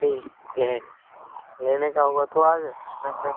ठीक है लेने का होगा तो आ जाना का